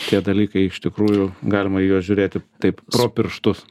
tie dalykai iš tikrųjų galima į juos žiūrėti taip pro pirštus